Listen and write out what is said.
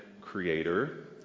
creator